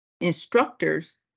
instructors